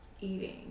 eating